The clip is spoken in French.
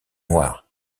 noir